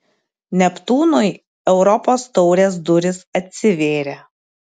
neptūnui europos taurės durys atsivėrė